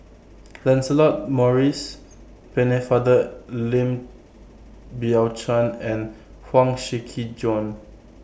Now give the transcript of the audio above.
Lancelot Maurice Pennefather Lim Biow Chuan and Huang Shiqi Joan